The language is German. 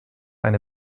eine